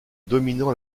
dominant